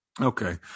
okay